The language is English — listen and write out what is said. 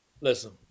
Listen